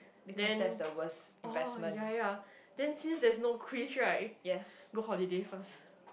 then oh ya ya then since there is no quiz right go holiday first